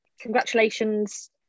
congratulations